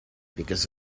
because